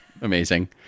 Amazing